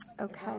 Okay